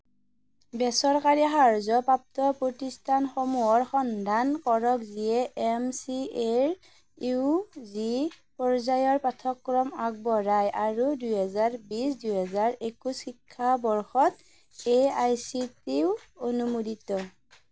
বেচৰকাৰী সাহায্যপ্ৰাপ্ত প্ৰতিষ্ঠানসমূহৰ সন্ধান কৰক যিয়ে এম চি এৰ ইউজি পৰ্যায়ৰ পাঠ্যক্ৰম আগবঢ়ায় আৰু দুহেজাৰ বিছ দুহেজাৰ একৈছ শিক্ষাবৰ্ষত এআইচিটিই অনুমোদিত